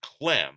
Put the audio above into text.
Clem